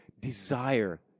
desire